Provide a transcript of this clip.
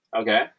okay